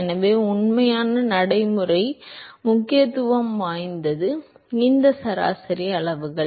எனவே உண்மையான நடைமுறை முக்கியத்துவம் வாய்ந்தது இந்த சராசரி அளவுகள்